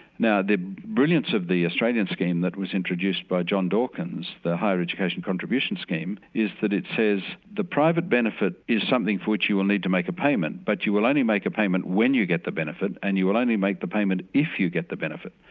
now the brilliance of the australian scheme that was introduced by john dawkins, the higher education contribution scheme, is that it says the private benefit is something for which you will need to make a payment but you will only make a payment when you get the benefit, and you'll only make the payment if you get the benefit.